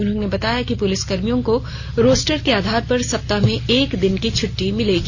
उन्होंने बताया कि पुलिसकर्मियों को रोस्टर के आधार पर सप्ताह में एक दिन की छुट्टी मिलेगी